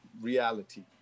reality